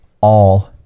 all